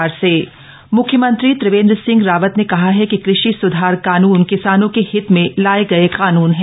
किसान सम्मेलन म्ख्यमंत्री त्रिवेन्द्र सिंह रावत ने कहा है कि कृषि सुधार कानून किसानों के हित में लाये गये कानुन है